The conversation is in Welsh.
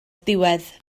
diwedd